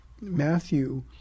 Matthew